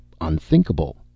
unthinkable